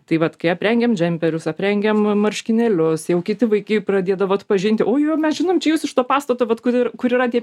tai vat kai aprengėm džemperius aprengėm marškinėlius jau kiti vaikai pradėdavo atpažinti o jo mes žinom čią jūs iš to pastato vat kur kur yra tie